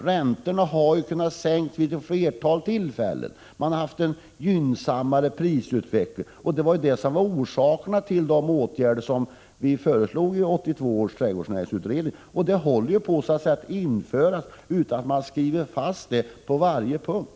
Räntorna har kunnat sänkas vid ett flertal tillfällen, och prisutvecklingen har blivit gynnsammare. Och det var ju detta som låg bakom de åtgärder vi föreslog i 1982 års trädgårdsnäringsutredning. Detta håller på att införas utan att man skriver fast det på varje punkt.